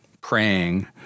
praying